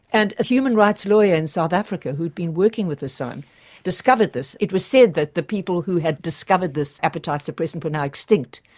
and a human rights lawyer in south africa who'd been working with the san discovered this. it was said that the people who had discovered this appetite suppressant were now extinct,